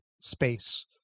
space